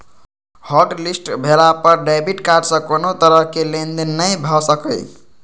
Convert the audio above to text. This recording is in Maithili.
हॉटलिस्ट भेला पर डेबिट कार्ड सं कोनो तरहक लेनदेन नहि भए सकैए